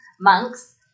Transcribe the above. monks